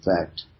fact